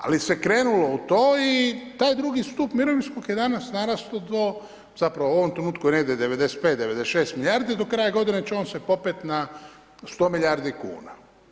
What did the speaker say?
Ali se krenulo u to i taj II stup mirovinskog je danas narastao do, zapravo u ovom trenutku je negdje 95, 96 milijardi, do kraja godine će on se popet na 100 milijardi kuna.